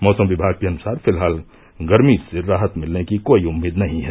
मौसम विभाग के अनुसार फिलहाल गर्मी से राहत मिलने की कोई उम्मीद नही है